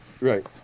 Right